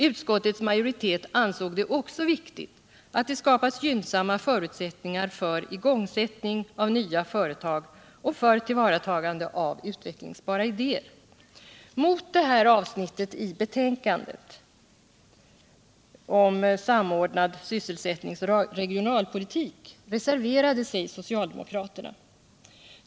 Utskottets majoritet ansåg det också viktigt att det skapas gynnsamma förutsättningar för igångsättning av nya företag och för tillvaratagande av utvecklingsbara idéer. Mot det här avsnittet i betänkandet om samordnad sysselsättningsoch regionalpolitik reserverade sig socialdemokraterna.